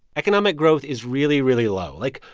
economic growth is really, really low. like,